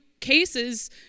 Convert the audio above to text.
cases